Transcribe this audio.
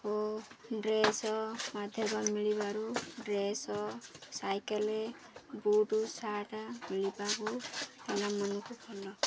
ଓ dress ମାଧ୍ୟମରେ ମିଳିବାରୁ dress cycle boot shirt ମିଳିବାକୁ ଭଲ ମନକୁ ଭଲ